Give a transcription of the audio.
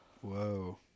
Whoa